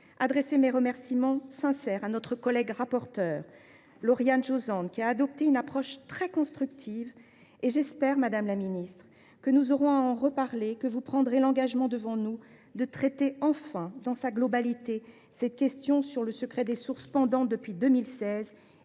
adresser mes remerciements sincères à notre collègue rapporteure Lauriane Josende, qui a adopté une approche très constructive. Je forme le vœu, madame la ministre, que nous en reparlions, et que vous preniez l’engagement devant nous de traiter enfin dans sa globalité la question du secret des sources, pendante depuis 2016